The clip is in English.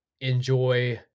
enjoy